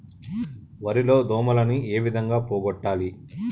వరి లో దోమలని ఏ విధంగా పోగొట్టాలి?